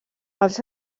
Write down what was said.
els